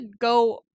go